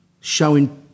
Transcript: showing